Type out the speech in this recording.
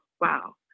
wow